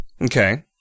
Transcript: Okay